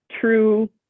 true